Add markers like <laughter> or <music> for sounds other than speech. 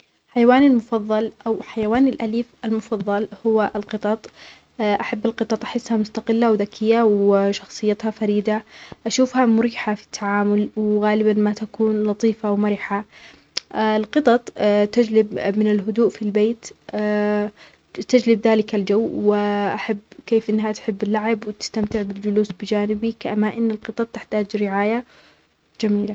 حيواني المفضل أو حيواني الأليف المفضل هو القطط. <hesitation> أحب القطط أحسها مستقلة وذكية وشخصيتها فريدة. أشوفها مريحة في التعامل وغالباً ما تكون لطيفة ومرحة. <hesitation> القطط تجلب من الهدوء في البيت. <hesitation> تجلب ذلك الجو وأحب كيف إنها تحب اللعب وتستمتع بالجلوس بجانبي. كما إن القطط تحتاج رعاية جميلة.